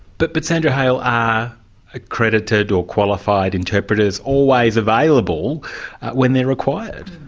but but sandra hale, are accredited, or qualified interpreters always available when they're required?